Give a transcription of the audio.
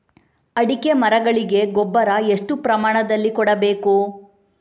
ಅಡಿಕೆ ಮರಗಳಿಗೆ ಗೊಬ್ಬರ ಎಷ್ಟು ಪ್ರಮಾಣದಲ್ಲಿ ಕೊಡಬೇಕು?